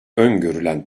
öngörülen